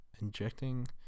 injecting